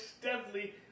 steadily